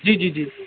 जी जी जी जी